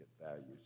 values